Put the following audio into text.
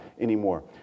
anymore